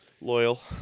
loyal